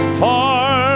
far